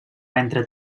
entre